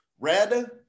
red